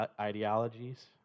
ideologies